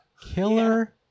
Killer